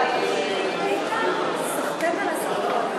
תסביר לי.